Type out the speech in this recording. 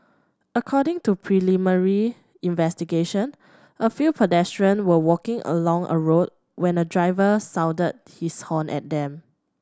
according to preliminary investigation a few pedestrian were walking along a road when a driver sounded his horn at them